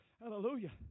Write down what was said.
hallelujah